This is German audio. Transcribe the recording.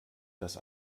das